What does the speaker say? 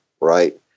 right—